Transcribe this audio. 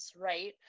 right